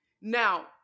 now